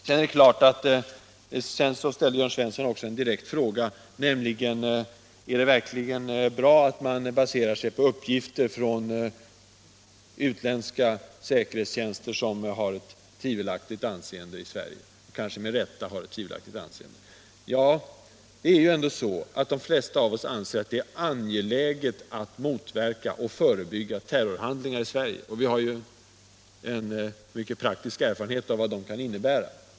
Sedan ställde också Jörn Svensson en direkt fråga om det verkligen är bra att basera sig på uppgifter från utländska säkerhetstjänster, som kanske med rätta har ett tvivelaktigt anseende i Sverige. De flesta av oss anser att det är angeläget att motverka och förebygga terrorhandlingar i Sverige, och vi har praktisk erfarenhet av vad de kan innebära.